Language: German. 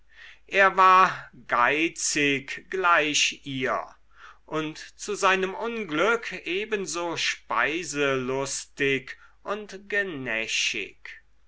er war geizig gleich ihr und zu seinem unglück ebenso speiselustig und